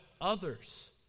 others